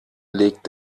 legt